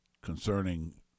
concerning